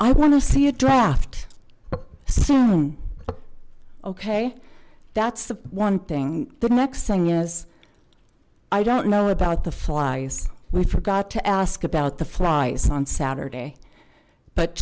to see a draft soon okay that's the one thing the next thing is i don't know about the flies we forgot to ask about the flies on saturday but